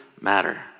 matter